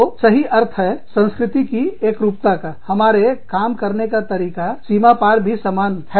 तो यही अर्थ है संस्कृति की एकरूपता का हमारे काम करने का तरीका सीमा पार भी समान एक जैसा है